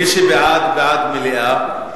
מליאה.